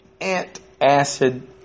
antacid